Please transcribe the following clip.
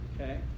okay